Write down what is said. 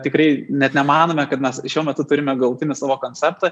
tikrai net nemanome kad mes šiuo metu turime galutinį savo konceptą